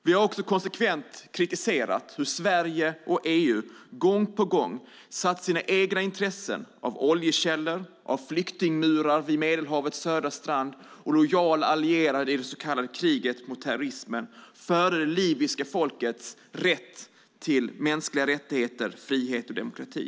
Vi har konsekvent kritiserat hur Sverige och EU gång på gång har satt sina egna intressen av oljekällor, av flyktingmurar vid Medelhavets södra strand och av lojala allierade i det så kallade kriget mot terrorismen före det libyska folkets rätt till mänskliga rättigheter, frihet och demokrati.